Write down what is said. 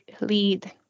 lead